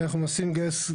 ואנחנו מנסים לגייס.